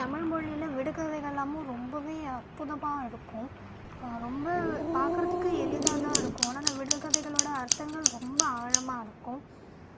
தமிழ்மொழியில் விடுகதைகளெலாமும் ரொம்பவே அற்புதமாக இருக்கும் ரொம்ப பார்க்கறதுக்கு எளிதானதான் இருக்கும் ஆனால் அந்த விடுகதைகளோடய அர்த்தங்கள் ரொம்ப ஆழமாக இருக்கும்